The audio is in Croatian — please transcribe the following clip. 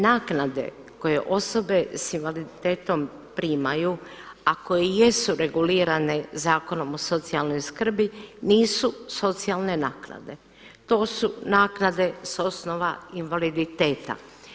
Naknade koje osobe s invaliditetom primaju a koje i jesu regulirane Zakonom o socijalnoj skrbi nisu socijalne naknade, to su naknade sa osnova invaliditeta.